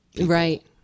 right